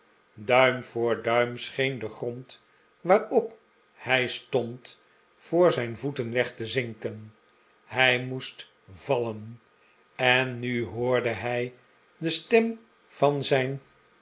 duim voor duim scheen de grond waarop hij stond voor zijn voeten weg te zinken hij m o e s t vallenen nu hoorde hij de stem van zijn